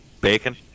bacon